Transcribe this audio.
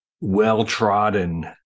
well-trodden